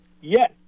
yes